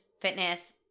fitness